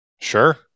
Sure